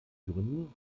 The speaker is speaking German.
gründen